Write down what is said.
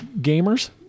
Gamers